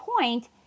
point